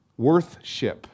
Worthship